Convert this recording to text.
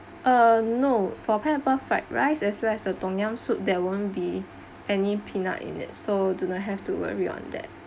uh no for pineapple fried rice as well as the tom yum soup there won't be any peanut in it so do not have to worry on that